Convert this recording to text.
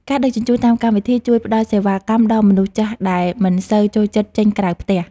ការដឹកជញ្ជូនតាមកម្មវិធី ជួយផ្ដល់សេវាកម្មដល់មនុស្សចាស់ដែលមិនសូវចូលចិត្តចេញក្រៅផ្ទះ។